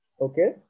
okay